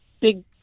big